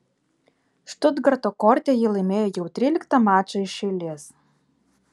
štutgarto korte ji laimėjo jau tryliktą mačą iš eilės